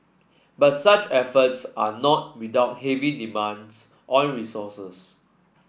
but such efforts are not without heavy demands on resources